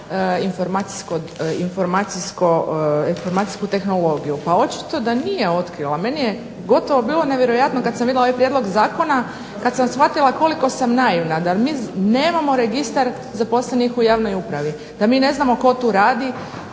informacijsku tehnologiju. Pa očito da nije otkrila. Meni je gotovo bilo nevjerojatno kad sam vidjela ovaj prijedlog zakona, kad sam shvatila koliko sam naivna, da mi nemamo registar zaposlenih u javnoj upravi, da mi ne znamo tko tu radi,